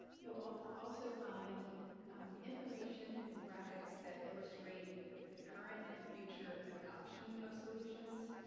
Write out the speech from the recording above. you'll often also find information and graphics that illustrate the current and future adoption of solutions,